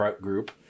group